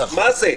מה זה?